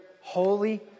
holy